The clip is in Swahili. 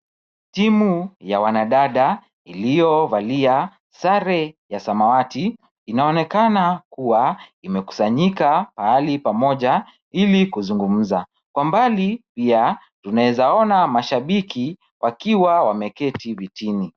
Timu ya wanadada iliyovalia sare ya samawati, inaonekana kuwa, imekusanyika, pahali pamoja ili kuzungumza. Kwa mbali pia tunaezaona mashabiki wakiwa wameketi vitini.